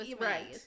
Right